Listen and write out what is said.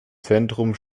zentrum